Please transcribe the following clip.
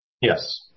Yes